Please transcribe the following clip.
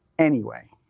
anyway,